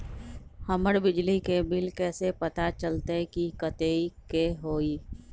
हमर बिजली के बिल कैसे पता चलतै की कतेइक के होई?